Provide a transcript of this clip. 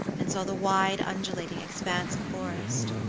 and saw the wide, undulating expanse of forest.